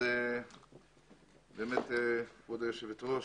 כבוד היושבת-ראש,